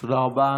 תודה רבה.